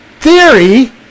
theory